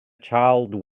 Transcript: child